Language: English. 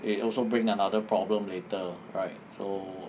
it also bring another problem later right so